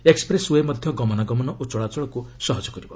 expressway ମଧ୍ୟ ଗମନାଗମନ ଓ ଚଳାଚଳକୁ ସହଜ କରିବ